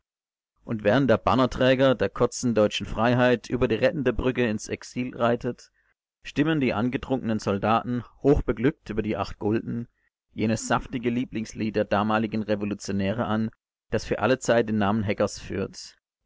und während der bannerträger der kurzen deutschen freiheit über die rettende brücke ins exil reitet stimmen die angetrunkenen soldaten hochbeglückt durch die acht gulden jenes saftige lieblingslied der damaligen revolutionäre an das für allezeit den namen heckers führt